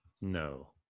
No